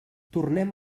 tornem